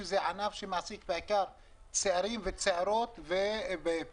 שזה ענף שמעסיק בעיקר צעירים וצעירות ובפריפריה.